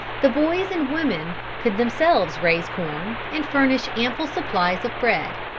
the boys and women could themselves raise corn and furnish ample supplies of bread.